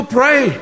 pray